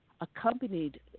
accompanied